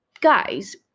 guys